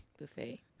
buffet